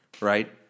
right